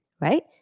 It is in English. right